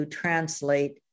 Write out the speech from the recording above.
translate